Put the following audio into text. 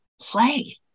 play